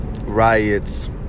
riots